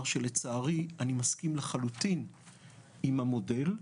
שלצערי אני מסכים לחלוטין עם המודל,